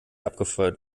abgefeuert